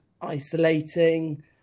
isolating